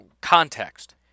context